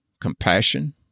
compassion